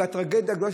בטרגדיה גדולה,